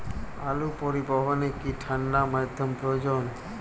আলু পরিবহনে কি ঠাণ্ডা মাধ্যম প্রয়োজন?